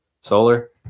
Solar